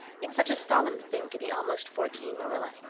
it's such a solemn thing to be almost fourteen, marilla.